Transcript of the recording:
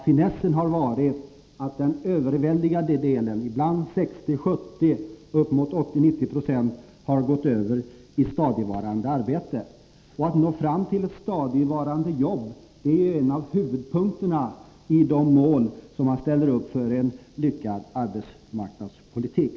Finessen har varit att den överväldigande delen — från 60 26 till ibland uppemot 90 20 — har gått över i stadigvarande arbete. Och att nå fram till stadigvarande jobb är ju en av huvudpunkterna i de mål som vi ställer upp för en lyckad arbetsmarknadspolitik.